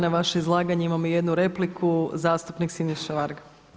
Na vaše izlaganje imamo jednu repliku, zastupnik Siniša Varga.